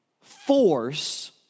force